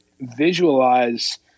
visualize